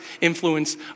influence